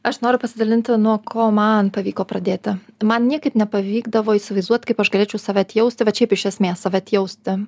aš noriu pasidalinti nuo ko man pavyko pradėti man niekaip nepavykdavo įsivaizduot kaip aš galėčiau save atjausti bet šiaip iš esmės save atjausti